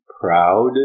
proud